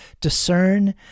discern